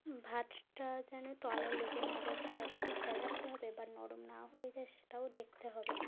ভাতটা যেন তলায় লেগে না যায় সেটার দিকে খেয়াল রাখতে হবে বা নরম না হয়ে যায় সেটাও দেখতে হবে